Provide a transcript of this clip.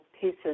pieces